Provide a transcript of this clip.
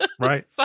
Right